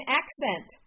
accent